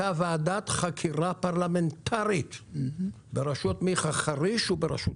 הייתה ועדת חקירה פרלמנטרית בראשות מיכה חריש ובראשותי,